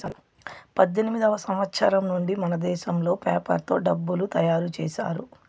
పద్దెనిమిదివ సంవచ్చరం నుండి మనదేశంలో పేపర్ తో డబ్బులు తయారు చేశారు